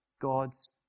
God's